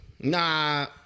Nah